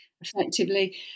effectively